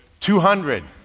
two hundred,